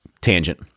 tangent